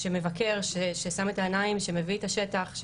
שמבקר, ששם את העיניים, שמביא את השטח.